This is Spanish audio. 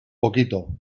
poquito